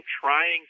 trying